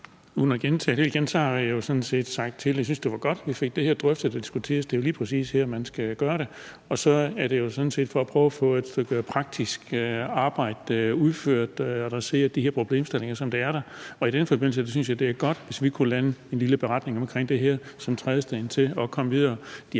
sådan set har sagt tidligere: Jeg synes, at det var godt, at vi fik det her drøftet og diskuteret. Det er jo lige præcis her, man skal gøre det. Det er sådan set for at prøve at få et stykke praktisk arbejde udført og adressere de her problemstillinger, som der er. I den forbindelse synes jeg, at det er godt, hvis vi kunne lande en lille beretning omkring det her som en trædesten til at komme videre.